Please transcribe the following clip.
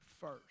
first